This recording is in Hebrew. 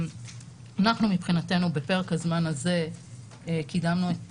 אנחנו מבחינתנו בפרק הזמן הזה קידמנו את